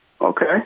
okay